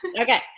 Okay